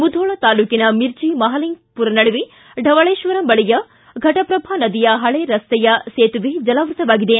ಮುಧೋಳ ತಾಲ್ಲೂಕಿನ ಮಿರ್ಜಿ ಮಹಾಲಿಂಗಪುರ ನಡುವೆ ಢವಳೇಶ್ವರ ಬಳಿಯ ಘಟಪ್ರಭಾ ನದಿಯ ಪಳೆ ರಸ್ತೆಯ ಸೇತುವೆ ಜಲಾವೃತವಾಗಿದೆ